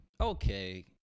okay